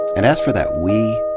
and as for that we,